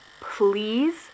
please